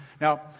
Now